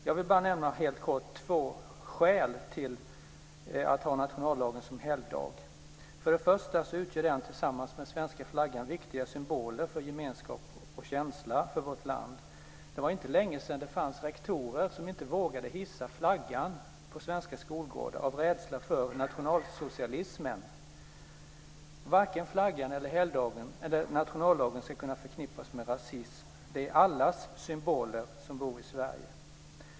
Jag vill bara helt kort nämna två skäl till att ha nationaldagen som helgdag. För det första utgör den tillsammans med svenska flaggan viktiga symboler för gemenskap och känsla för vårt land. Det var inte länge sedan det fanns rektorer som inte vågade hissa flaggan på svenska skolgårdar av rädsla för nationalsocialismen. Varken flaggan eller nationaldagen ska kunna förknippas med rasism. Dessa symboler tillhör alla som bor i Sverige.